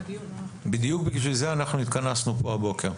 בדיוק בגלל זה התכנסנו פה הבוקר.